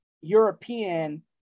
European